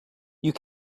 you